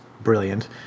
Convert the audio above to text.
brilliant